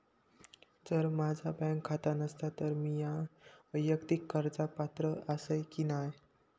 जर माझा बँक खाता नसात तर मीया वैयक्तिक कर्जाक पात्र आसय की नाय?